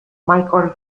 michel